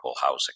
housing